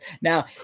Now